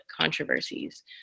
controversies